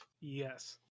yes